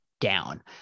down